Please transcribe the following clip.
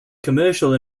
commercial